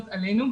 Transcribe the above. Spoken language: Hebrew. עלינו,